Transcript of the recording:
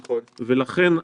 לכן,